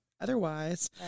otherwise